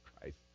Christ